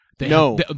No